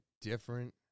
different